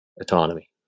autonomy